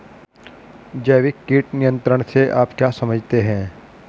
जैविक कीट नियंत्रण से आप क्या समझते हैं?